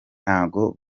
ntago